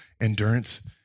Endurance